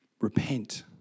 Repent